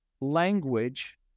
language